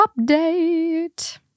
update